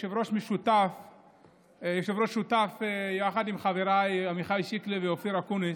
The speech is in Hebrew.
יושב-ראש שותף יחד עם חבריי עמיחי שיקלי ואופיר אקוניס.